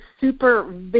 super